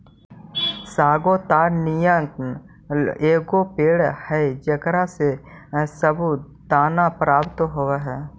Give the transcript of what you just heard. sago ताड़ नियन एगो पेड़ हई जेकरा से सबूरदाना प्राप्त होब हई